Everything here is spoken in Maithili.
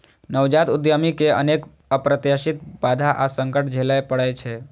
नवजात उद्यमी कें अनेक अप्रत्याशित बाधा आ संकट झेलय पड़ै छै